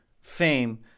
fame